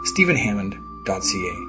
stephenhammond.ca